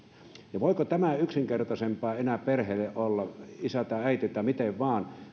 ja voiko tämän yksinkertaisempaa enää olla perheelle isä tai äiti tai miten vain